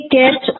get